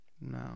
No